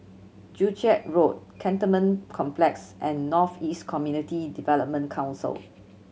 Joo Chiat Road Cantonment Complex and North East Community Development Council